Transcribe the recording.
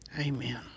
Amen